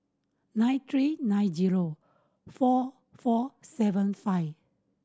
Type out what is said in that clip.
nine three nine zero four four seven five